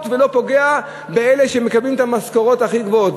ולא פוגע באלה שמקבלים את המשכורות הכי גבוהות.